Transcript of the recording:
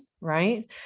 right